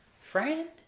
Friend